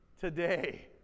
today